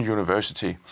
University